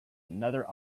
another